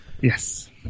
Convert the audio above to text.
Yes